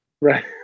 Right